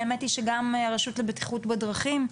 האמת היא שגם הרשות לבטיחות בדרכים,